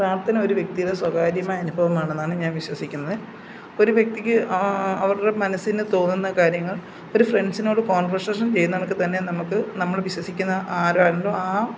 പ്രാർത്ഥന ഒരു വ്യക്തിയുടെ സ്വകാര്യമായ അനുഭവമാണെന്നാണ് ഞാൻ വിശ്വസിക്കുന്നത് ഒരു വ്യക്തിക്ക് അവരുടെ മനസ്സിന് തോന്നുന്ന കാര്യങ്ങൾ ഒരു ഫ്രണ്ട്സിനോട് കോൺവെർഷേഷൻ ചെയ്യുന്ന കണക്ക്തന്നെ നമുക്ക് നമ്മൾ വിശ്വസിക്കുന്ന ആരാണോ ആ